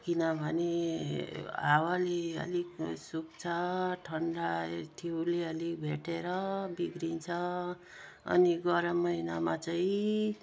किनभने हावाले अलिक सुक्छ ठन्डा ठियोले अलिक भेटेर बिग्रिन्छ अनि गरम महिनामा चाहिँ